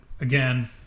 again